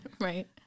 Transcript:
Right